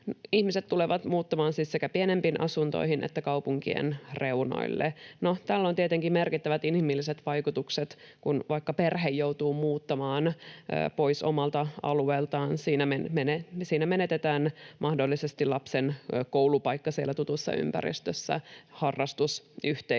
Ihmiset tulevat muuttamaan siis sekä pienempiin asuntoihin että kaupunkien reunoille. No, tällä on tietenkin merkittävät inhimilliset vaikutukset. Kun vaikka perhe joutuu muuttamaan pois omalta alueeltaan, siinä menetetään mahdollisesti lapsen koulupaikka siellä tutussa ympäristössä, harrastusyhteisöt